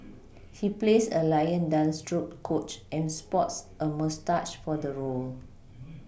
he plays a Lion dance troupe coach and sports a moustache for the role